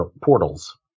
portals